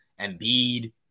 Embiid